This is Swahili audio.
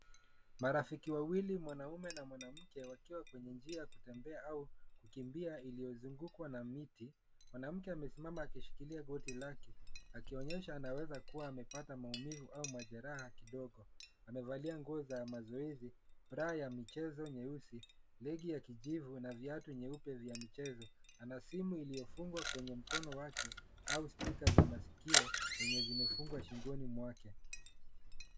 Marafiki wawili mwanaume na mwanamke wakiwa kwenye njia ya kutembea au kukimbia iliyozungukwa na miti. Mwanamke amesimama akishikilia goti lake akionyesha anaweza kuwa amepata maumivu au majeraha kidogo. Amevalia nguo za mazoezi bra ya michezo nyeusi legi ya kijivu na viatu nyeupe vya michezo. Ana simu iliyofungwa kwenye mkono wake au speaker za masikio zenye zimefungwa shingoni mwake.